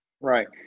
Right